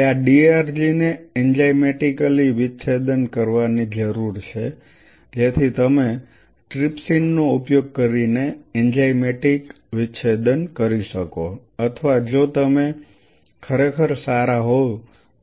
હવે આ ડીઆરજીને એન્ઝાઇમેટિકલી વિચ્છેદન કરવાની જરૂર છે જેથી તમે ટ્રિપ્સિન નો ઉપયોગ કરીને એન્ઝાઇમેટિક વિચ્છેદન કરી શકો અથવા જો તમે ખરેખર સારા હોવ